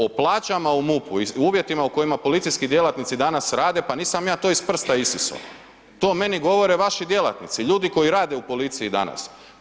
O plaćama u MUP-u i uvjetima u kojima policijski djelatnici danas rada, pa nisam ja to iz prsta isiso, to meni govore vaši djelatnici, ljudi koji rade u policiji danas.